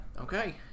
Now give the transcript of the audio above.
okay